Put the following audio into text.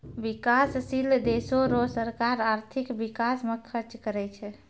बिकाससील देसो रो सरकार आर्थिक बिकास म खर्च करै छै